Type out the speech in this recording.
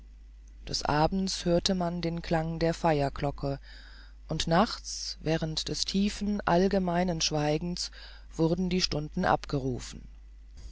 des abends hörte man auf den klang der feierglocke und nachts während des tiefen allgemeinen schweigens wurden die stunden abgerufen